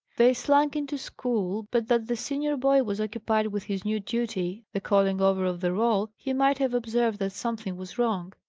they slunk into school. but that the senior boy was occupied with his new duty the calling over of the roll he might have observed that something was wrong.